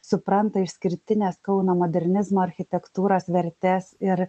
supranta išskirtinės kauno modernizmo architektūros vertes ir